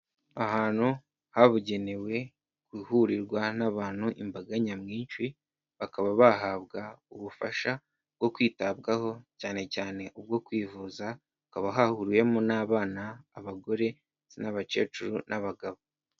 Ahantu habugenewe guhurirwa n'abantu imbaga nyamwinshi, bakaba bahabwa ubufasha bwo kwitabwaho cyane cyane ubwo kwivuza, hakaba hahuwemo n'abana, abagore, ndetse n'abakecuru n'abagabo.